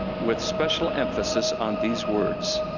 with special emphasis on these words.